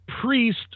Priest